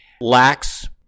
lacks